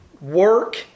work